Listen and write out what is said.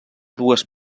dues